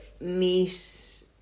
meet